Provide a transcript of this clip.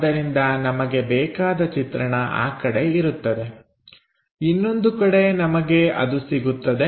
ಆದ್ದರಿಂದ ನಮಗೆ ಬೇಕಾದ ಚಿತ್ರಣ ಆ ಕಡೆ ಇರುತ್ತದೆ ಇನ್ನೊಂದು ಕಡೆ ನಮಗೆ ಅದು ಸಿಗುತ್ತದೆ